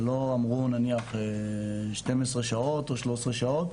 ולא אמרו נניח 12 שעות או 13 שעות.